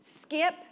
Skip